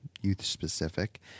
youth-specific